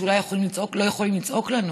שלא יכולים לצעוק לנו